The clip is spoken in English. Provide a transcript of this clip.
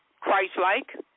Christ-like